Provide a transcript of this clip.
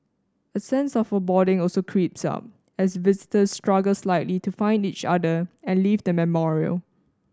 a sense of foreboding also creeps up as visitors struggle slightly to find each other and leave the memorial